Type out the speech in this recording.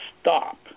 stop